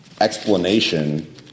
explanation